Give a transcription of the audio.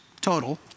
total